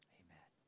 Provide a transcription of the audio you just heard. amen